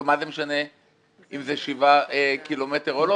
מה זה משנה אם אלה שבעה קילומטרים או לא.